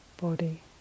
body